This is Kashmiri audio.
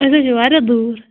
أسۍ حظ چھِ واریاہ دوٗر